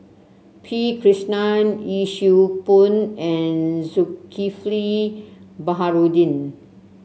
P Krishnan Yee Siew Pun and Zulkifli Baharudin